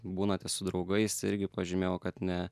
būnate su draugais irgi pažymėjau kad ne